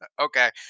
Okay